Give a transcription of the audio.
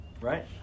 right